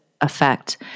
effect